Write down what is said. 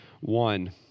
One